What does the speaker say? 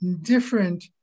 different